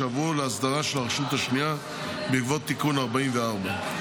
שעברו להסדרה של הרשות השנייה בעקבות תיקון 44,